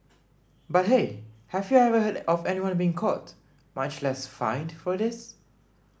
but hey have you ever heard of anyone being caught much less fined for this